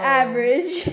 average